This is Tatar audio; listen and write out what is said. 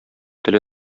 теле